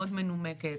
מאוד מנומקת.